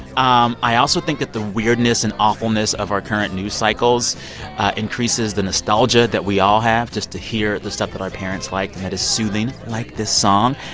um i also think that the weirdness and awfulness of our current news cycles increases the nostalgia that we all have just to hear the stuff that our parents liked and that is soothing like this song.